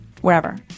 wherever